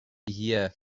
here